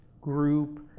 group